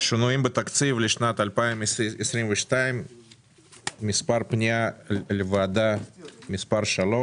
שינויים בתקציב לשנת 2022. פנייה מספר 3,